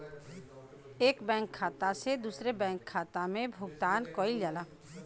एक बैंक खाता से दूसरे बैंक खाता में भुगतान कइल जाला